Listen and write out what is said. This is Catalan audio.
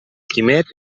quimet